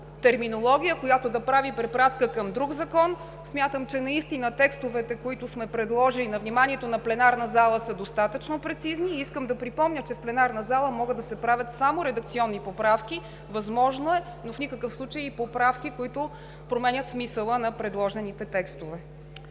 терминология, която да прави препратка към друг закон. Смятам, че наистина текстовете, които сме предложили на вниманието на пленарната зала, са достатъчно прецизни и искам да припомня, че в пленарната зала могат да се правят само редакционни поправки – възможно е, но в никакъв случай поправки, които променят смисъла на предложените текстове.